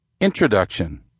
Introduction